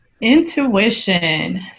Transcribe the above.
Intuition